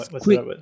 quick